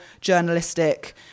journalistic